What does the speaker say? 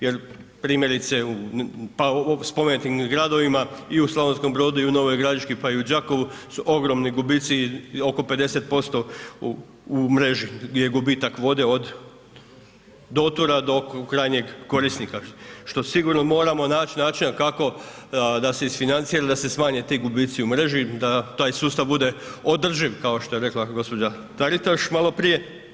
Jer primjerice pa u spomenutim gradovima i u Slavonskom Brodu i u Novoj Gradiški pa i u Đakovu su ogromni gubici, oko 50% u mreži je gubitak vode od dotura do krajnjeg korisnika, što sigurno moramo naći načina kako da se isfinancira, da se smanje ti gubici u mreži, da taj sustav bude održiv, kao što je rekla gospođa Taritaš maloprije.